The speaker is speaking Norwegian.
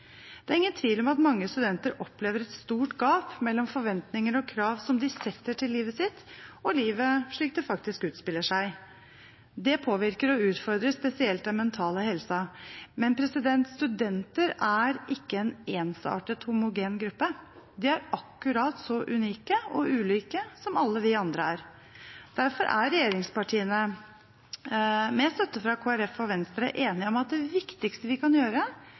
Det er ingen tvil om at mange studenter opplever et stort gap mellom forventninger og krav som de setter til livet sitt, og livet slik det faktisk utspiller seg. Det påvirker og utfordrer spesielt den mentale helsen. Men studenter er ikke en ensartet, homogen gruppe. De er akkurat så unike og ulike som alle vi andre er. Derfor er regjeringspartiene, med støtte fra Kristelig Folkeparti og Venstre, enige om at det viktigste vi kan gjøre,